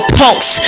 punks